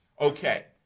okay,